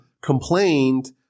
complained